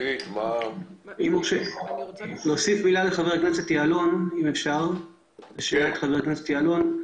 אני רוצה להוסיף מילה לשאלת חבר הכנסת יעלון.